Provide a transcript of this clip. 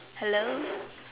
hello